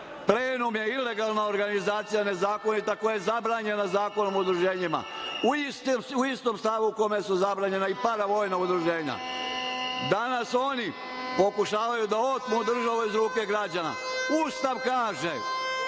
je ilegalna organizacija, nezakonita, koja je zabranjena Zakonom o udruženjima, u istom stavu u kome su zabranjena i paravojna udruženja. Danas oni pokušavaju da otmu državu iz ruke građana. Ustav kaže